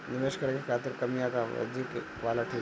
निवेश करें के खातिर कम या अधिक समय वाला ठीक रही?